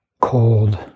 cold